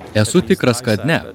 esu tikras kad ne